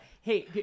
Hey